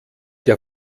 der